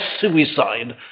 suicide